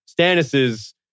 Stannis's